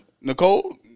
Nicole